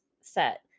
set